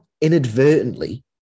inadvertently